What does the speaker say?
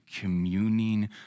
communing